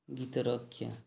ଗୀତର ଆଖ୍ୟା